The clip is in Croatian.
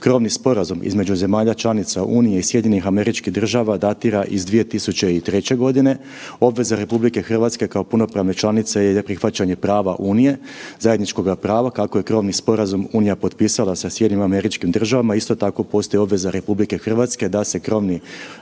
krovni sporazum između zemalja članica Unije i SAD-a datira iz 2003.g., obveze RH kao punopravne članice je prihvaćanje prava Unije, zajedničkoga prava, kako je krovni sporazum Unija potpisala sa SAD, isto tako postoji obveza RH da se krovni